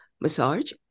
massage